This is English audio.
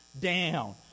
down